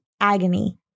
agony